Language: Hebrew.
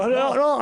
לא.